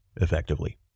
effectively